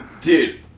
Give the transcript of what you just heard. dude